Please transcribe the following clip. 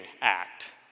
act